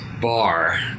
bar